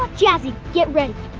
jazzy get ready!